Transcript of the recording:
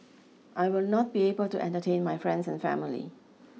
I will not be able to entertain my friends and family